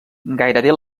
gairebé